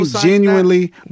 genuinely